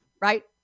right